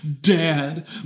dad